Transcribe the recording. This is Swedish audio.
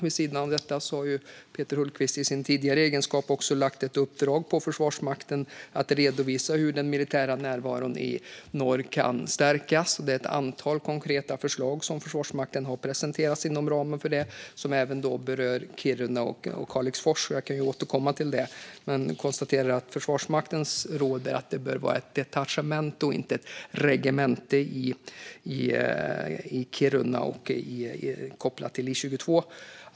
Vid sidan av detta uppdrog Peter Hultqvist i sin tidigare egenskap åt Försvarsmakten att redovisa hur den militära närvaron i norr kan stärkas. Det finns ett antal konkreta förslag som Försvarsmakten har presenterat inom ramen för det och som även berör Kiruna och Kalixfors. Jag kan återkomma till detta, men jag konstaterar att Försvarsmaktens råd är att det bör vara ett detachement och inte ett regemente i Kiruna, kopplat till I 22.